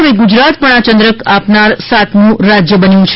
હવે ગુજરાત પણ આ ચંદ્રક આપનાર સાતમું રાજ્ય બન્યું છે